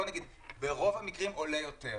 ברוב המקרים עולה יותר.